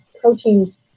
proteins